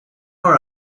where